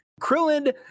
Krillin